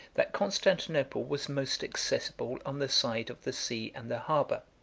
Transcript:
that constantinople was most accessible on the side of the sea and the harbor.